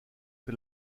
que